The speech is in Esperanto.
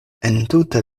entute